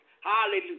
Hallelujah